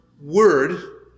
Word